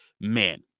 man